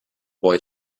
boy